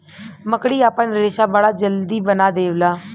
मकड़ी आपन रेशा बड़ा जल्दी बना देवला